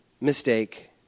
mistake